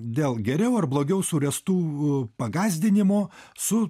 dėl geriau ar blogiau suręstų pagąsdinimų su